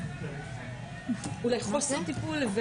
אולי חוסר טיפול.